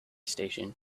station